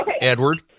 Edward